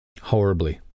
Horribly